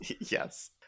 yes